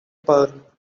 pearl